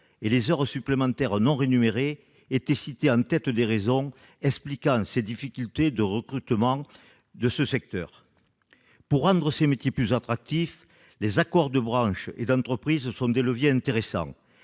et les heures supplémentaires non rémunérées étaient cités en tête des raisons expliquant les difficultés de recrutement du secteur. Pour rendre ces métiers plus attractifs, les accords de branche ou d'entreprise sont des leviers intéressants,